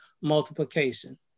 multiplication